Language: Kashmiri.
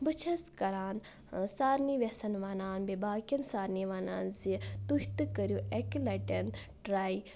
بہٕ چھس کران سارِنےٕ وٮ۪سن ونان بیٚیہِ باقین سارِنےٕ ونان زِ تُہۍ تہِ کٔرِو اَکہِ لٹہِ ٹراے